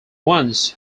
ones